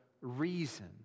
reason